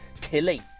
Tilly